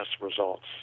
results